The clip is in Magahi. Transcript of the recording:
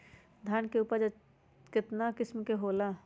धान के उपज केतना किस्म के होला?